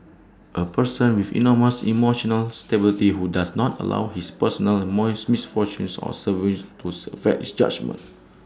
A person with enormous emotional stability who does not allow his personal misfortunes or sufferings to affect his judgement